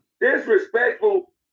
Disrespectful